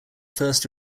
first